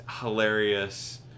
hilarious